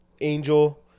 Angel